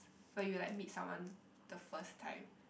where you like meet someone the first time